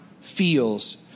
feels